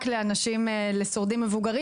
רק לשורדים מבוגרים.